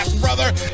Brother